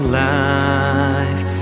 life